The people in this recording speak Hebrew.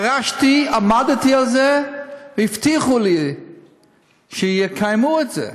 דרשתי, עמדתי על זה, והבטיחו לי שיקיימו את זה.